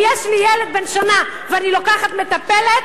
אם יש לי ילד בן שנה ואני לוקחת מטפלת,